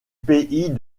pays